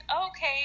okay